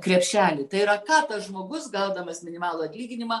krepšelį tai yra ką tas žmogus gaudamas minimalų atlyginimą